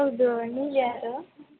ಹೌದು ನೀವು ಯಾರು